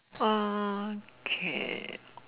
okay